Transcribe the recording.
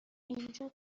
اینجا